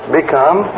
become